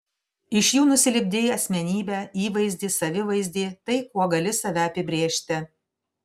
iš jų nusilipdei asmenybę įvaizdį savivaizdį tai kuo gali save apibrėžti